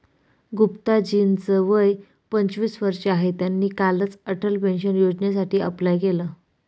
गुप्ता जी च वय पंचवीस वर्ष आहे, त्यांनी कालच अटल पेन्शन योजनेसाठी अप्लाय केलं